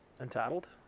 entitled